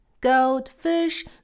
Goldfish